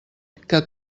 que